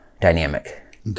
dynamic